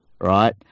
right